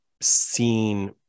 seen